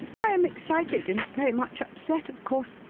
i am excited and very much upset, of course,